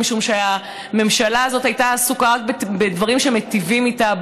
משום שהממשלה הזאת הייתה עסוקה רק בדברים שמיטיבים איתה,